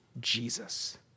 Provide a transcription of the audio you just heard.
Jesus